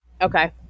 Okay